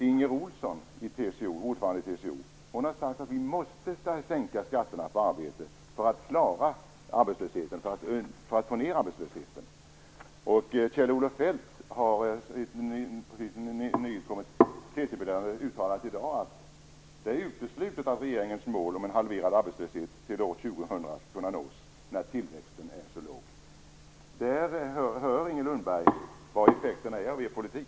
Inger Ohlsson, ordförande i TCO, har sagt att vi måste sänka skatterna på arbete för att få ned arbetslösheten. Kjell-Olof Feldt har i ett uttalande i dag sagt att det är uteslutet att regeringens mål om en halverad arbetslöshet till år 2000 skall kunna nås när tillväxten är så låg. Hör, Inger Lundberg, vad effekterna är av er politik!